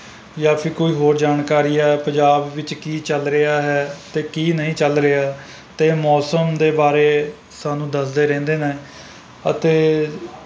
ਜਾਂ ਫਿਰ ਕੋਈ ਹੋਰ ਜਾਣਕਾਰੀ ਹੈ ਪੰਜਾਬ ਵਿੱਚ ਕੀ ਚੱਲ ਰਿਹਾ ਹੈ ਅਤੇ ਕੀ ਨਹੀਂ ਚੱਲ ਰਿਹਾ ਅਤੇ ਮੌਸਮ ਦੇ ਬਾਰੇ ਸਾਨੂੰ ਦੱਸਦੇ ਰਹਿੰਦੇ ਨੇ ਅਤੇ